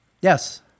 Yes